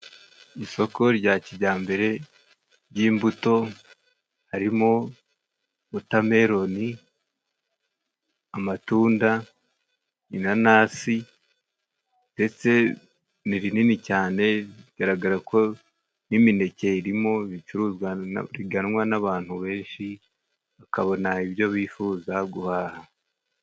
Isoko rya kijyambere ry'imbuto harimo:wotameloni, amatunda, inanasi ndetse ni rinini cyane bigaragara ko n'imineke irimo ibicuruzwa biganwa n'abantu benshi bakabona ibyo bifuza guhaha.